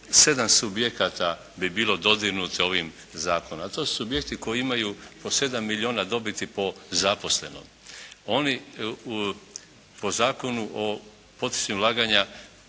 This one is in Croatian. subjekata bi bilo dodirnuto ovim zakonom, a to su subjekti koji imaju po 7 milijuna dobiti po zaposlenom. Oni po Zakonu o poticanju ulaganja